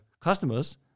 customers